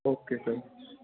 okay sir